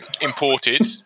imported